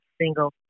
single